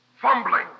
fumbling